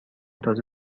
تازه